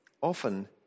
often